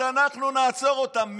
אנחנו נעצור אותם,